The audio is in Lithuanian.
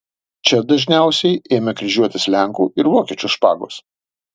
čia dažniausiai ėmė kryžiuotis lenkų ir vokiečių špagos